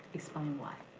explain why?